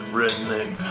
redneck